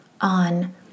on